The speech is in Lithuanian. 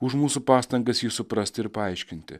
už mūsų pastangas jį suprasti ir paaiškinti